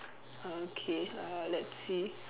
okay uh let's see